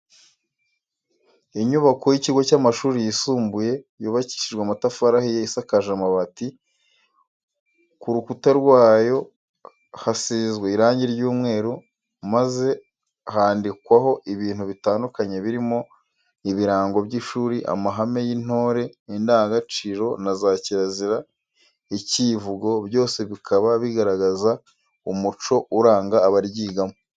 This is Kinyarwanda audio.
Inyubako y'ikigo cy'amashuri yisumbuye yubakishije amatafari ahiye, isakaje amabati, ku rukutwa rwayo kasizwe irangi ry'umweru maze handikwaho ibintu bitandukanye birimo ibirango by'ishuri, amahame y'intore, indangagaciro na za kirazira, icyivugo byose bikaba bigaragaza umuco uranga abaryigamo.